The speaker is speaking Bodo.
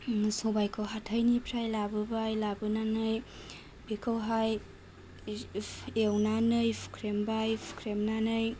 सबायखौ हाथायनिफ्राय लाबोबाय लाबोनानै बिखौहाय एवनाय फुख्रेमबाय फुख्रेमनानै